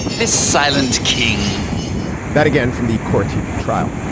this silent king that again, from the court tv trial,